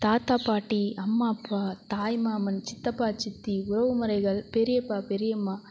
தாத்தா பாட்டி அம்மா அப்பா தாய்மாமன் சித்தப்பா சித்தி உறவுமுறைகள் பெரியப்பா பெரியம்மா